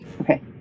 Okay